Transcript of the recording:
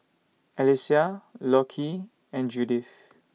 Alysia Lockie and Judith